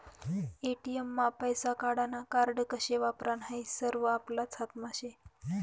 ATM मा पैसा काढानं कार्ड कशे वापरानं हायी सरवं आपलाच हातमा शे